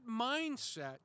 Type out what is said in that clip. mindset